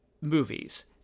movies